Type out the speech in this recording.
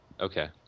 Okay